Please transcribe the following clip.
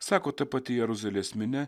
sako ta pati jeruzalės minia